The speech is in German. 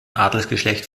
adelsgeschlecht